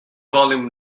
volume